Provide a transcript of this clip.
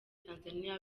tanzaniya